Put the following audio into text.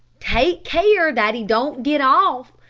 take care that he don't get off!